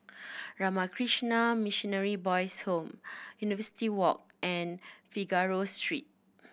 Ramakrishna Boys' Home University Walk and Figaro Street